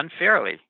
unfairly